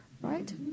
right